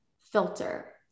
filter